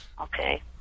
Okay